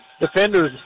defender's